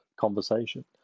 conversation